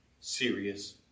Serious